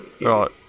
Right